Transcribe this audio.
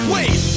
Wait